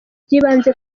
by’ibanze